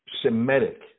Semitic